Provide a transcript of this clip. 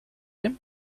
him